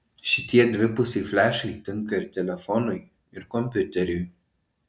šitie dvipusiai flešai tinka ir telefonui ir kompiuteriui